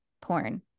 porn